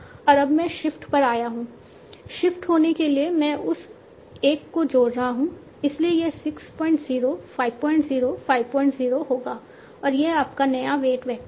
और अब मैं शिफ्ट पर आया हूँ शिफ्ट होने के लिए मैं उस 1 को जोड़ रहा हूँ इसलिए यह 60 50 50 होगा और यह आपका नया वेट वेक्टर है